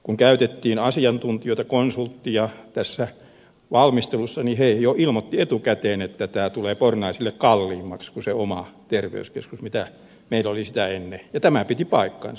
kun käytettiin asiantuntijoita konsultteja tässä valmistelussa niin he ilmoittivat jo etukäteen että tämä tulee pornaisille kalliimmaksi kuin se oma terveyskeskus mikä meillä oli sitä ennen ja tämä piti paikkansa